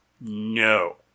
No